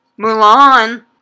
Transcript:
Mulan